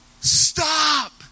Stop